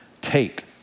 take